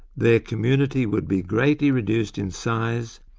their community would be greatly reduced in size,